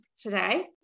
today